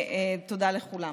תודה לכולם.